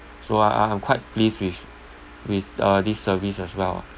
so I I I'm quite pleased with with uh this service as well ah